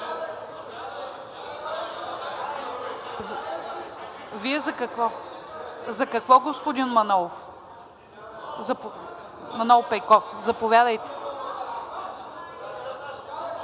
Вие за какво? За какво, господин Манол Пейков? Заповядайте.